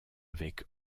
avec